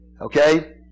Okay